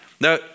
Now